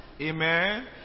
Amen